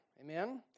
amen